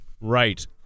Right